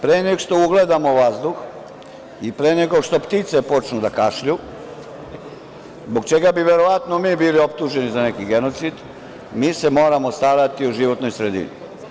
Pre nego što ugledamo vazduh i pre nego što ptice počnu da kašlju, zbog čega bi verovatno mi bili optuženi za neki genocid, mi se moramo starati o životnoj sredini.